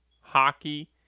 hockey